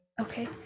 Okay